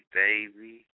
baby